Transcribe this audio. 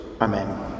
Amen